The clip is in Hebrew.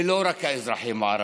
ולא רק האזרחים הערבים.